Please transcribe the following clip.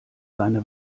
seine